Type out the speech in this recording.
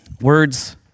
Words